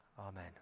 Amen